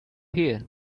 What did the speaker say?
here